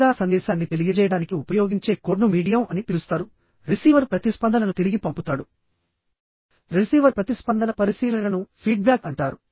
లేదా సందేశాన్ని తెలియజేయడానికి ఉపయోగించే కోడ్ను మీడియం అని పిలుస్తారు రిసీవర్ ప్రతిస్పందనను తిరిగి పంపుతాడు రిసీవర్ ప్రతిస్పందన పరిశీలనను ఫీడ్బ్యాక్ అంటారు